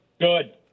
Good